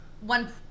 one